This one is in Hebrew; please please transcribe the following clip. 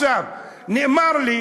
נאמר לי